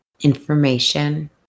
information